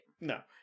No